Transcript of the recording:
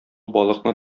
балыкны